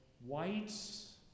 whites